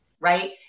right